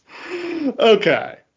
Okay